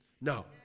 No